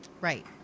right